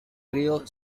río